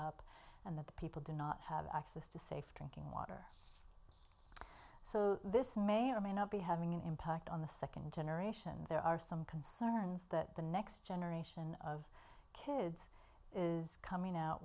up and the people do not have access to safe drinking water so this may or may not be having an impact on the second generation there are some concerns that the next generation of kids is coming out